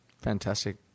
Fantastic